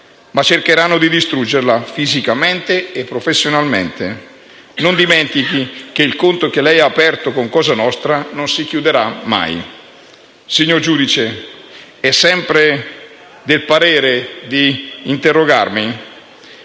ma cercheranno di distruggerla, fisicamente e professionalmente. Non dimentichi che il conto che lei ha aperto con Cosa nostra non si chiuderà mai. Signor giudice, è sempre del parere di interrogarmi?